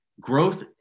growth